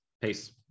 Peace